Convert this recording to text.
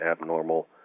abnormal